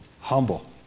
humble